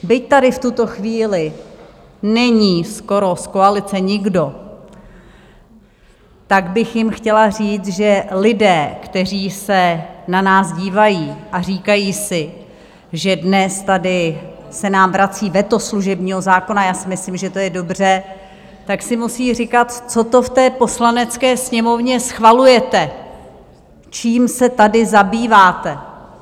Byť tady v tuto chvíli není skoro z koalice nikdo, tak bych jim chtěla říct, že lidé, kteří se na nás dívají a říkají si, že dnes tady se nám vrací veto služebního zákona já si myslím, že to je dobře tak si musí říkat: Co to v té Poslanecké sněmovně schvalujete, čím se tady zabýváte?